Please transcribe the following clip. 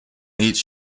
each